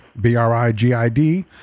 B-R-I-G-I-D